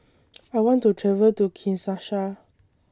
I want to travel to Kinshasa